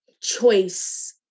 choice